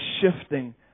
shifting